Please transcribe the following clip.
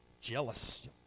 jealous